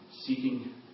seeking